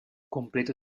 completo